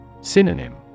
Synonym